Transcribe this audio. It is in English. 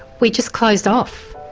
we just closed off,